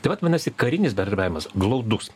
tai vat vadinasi karinis bendravimas glaudus